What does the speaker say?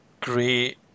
great